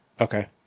Okay